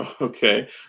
Okay